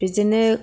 बिदिनो